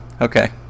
Okay